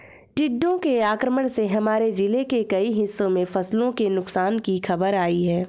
टिड्डों के आक्रमण से हमारे जिले के कई हिस्सों में फसलों के नुकसान की खबर आई है